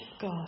God